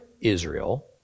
Israel